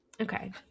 okay